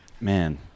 Man